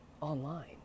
online